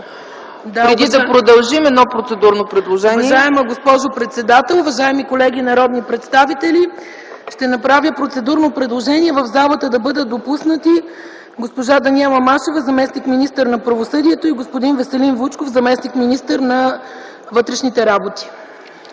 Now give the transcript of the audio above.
Преди да продължим – едно процедурно предложение.